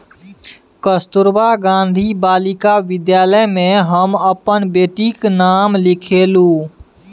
कस्तूरबा गांधी बालिका विद्यालय मे हम अपन बेटीक नाम लिखेलहुँ